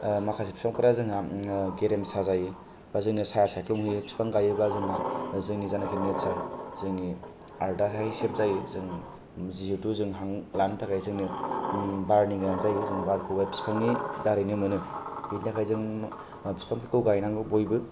बिफांफोरनि सोमोन्दै बुङोब्ला जों जायनाखि बिफांफोर माखासे फिफांफोरा जोंहा गेरेमसा जायो बा जोंनो चाया सायख्लोम होयो बिफां गाययोब्ला जोंहा जोंनि जायनाखि नेचार जोंनि आर्त आं हाय सेफ जायो जों जुउथु जों हां लानो थाखाय जों नो बारनि गोनां जायो जों बारखौ बिफांनि दारै नो मोनो बेनि थाखायनो जों बिफां फोरखौ गायनांगौ बयबो